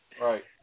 Right